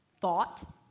thought